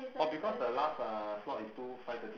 oh because the last uh slot is two five thirty